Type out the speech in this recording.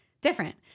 Different